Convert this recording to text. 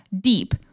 deep